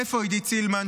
איפה עידית סילמן,